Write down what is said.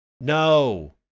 No